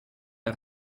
der